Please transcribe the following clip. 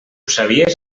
sabies